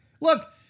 Look